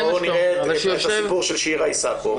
בואו נראה את הסיפור של שירה איסקוב.